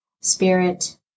spirit